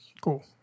cool